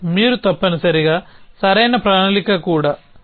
ఇది మీరు తప్పనిసరిగా సరైన ప్రణాళిక కూడా